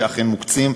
ואכן מוקצים